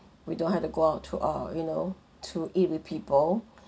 we don't have to go out to ah you know to eat with people